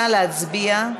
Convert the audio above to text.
נא להצביע.